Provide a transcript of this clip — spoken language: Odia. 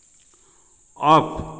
ଅଫ୍